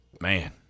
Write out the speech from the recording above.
man